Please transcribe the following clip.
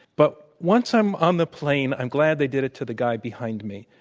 but once i'm on the plane i'm glad they did it to the guy behind me.